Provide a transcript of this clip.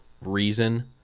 reason